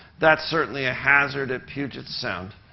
that's certainly a hazard at puget sound.